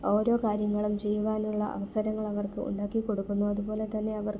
ഓരോ കാര്യങ്ങളും ചെയ്യുവാനുള്ള അവസരങ്ങൾ അവർക്ക് ഉണ്ടാക്കിക്കൊടുക്കുന്നു അതുപോലെത്തന്നെ അവർക്ക്